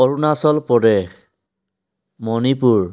Arunachal Pradesh Manipur